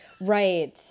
right